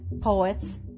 poets